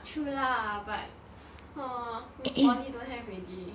true lah but !aww! in poly don't have already